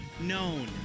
known